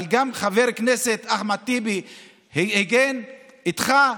אבל גם חבר כנסת אחמד טיבי הגן איתך,